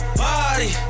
party